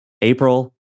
April